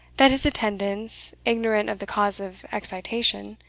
that his attendants, ignorant of the cause of excitation,